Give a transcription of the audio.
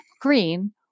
green